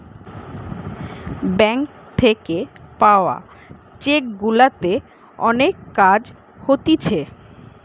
bank থাকে পাওয়া cheque গুলাতে অনেক কাজ হতিছে